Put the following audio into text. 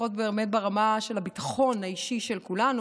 לפחות באמת ברמה של הביטחון האישי של כולנו.